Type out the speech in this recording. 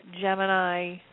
Gemini